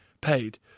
paid